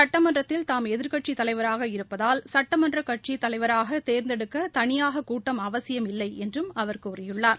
சுட்டமன்றத்தில் தாம் எதிர்க்கட்சித் தலைவராக இருப்பதால் சுட்டமன்ற கட்சித் தலைவராக தேர்ந்தெடுக்க தனியாக கூட்டம் அவசியம் இல்லை என்றும் அவர் கூறியுள்ளார்